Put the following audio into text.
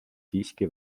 siiski